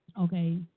okay